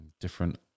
different